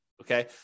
okay